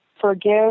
forgive